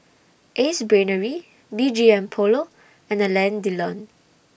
Ace Brainery B G M Polo and Alain Delon